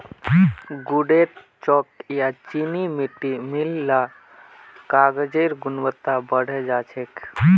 गूदेत चॉक या चीनी मिट्टी मिल ल कागजेर गुणवत्ता बढ़े जा छेक